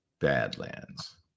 badlands